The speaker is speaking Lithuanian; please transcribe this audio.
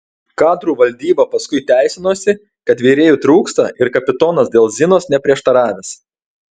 kadrų valdyba paskui teisinosi kad virėjų trūksta ir kapitonas dėl zinos neprieštaravęs